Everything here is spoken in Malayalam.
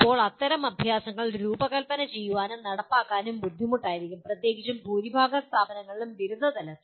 ഇപ്പോൾ അത്തരം അഭ്യാസങ്ങൾ രൂപകൽപ്പന ചെയ്യാനും നടപ്പാക്കാനും ബുദ്ധിമുട്ടായിരിക്കും പ്രത്യേകിച്ചും ഭൂരിഭാഗം സ്ഥാപനങ്ങളിലും ബിരുദതലത്തിൽ